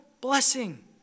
blessing